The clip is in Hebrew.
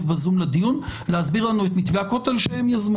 בזום לדיון להסביר לנו את מתווה הכותל שהם יזמו.